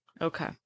Okay